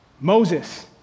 Moses